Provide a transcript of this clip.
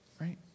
Right